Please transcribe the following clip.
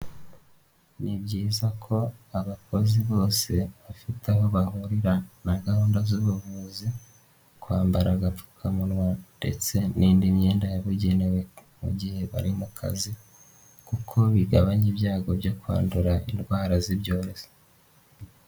Ni byiza ko abakozi bose bafite aho bahurira na gahunda z'ubuvuzi, kwambara agapfukamunwa ndetse n'indi myenda yabugenewe mu gihe bari mu kazi kuko bigabanya ibyago byo kwandura indwara z'ibyorezo.